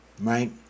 right